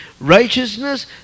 righteousness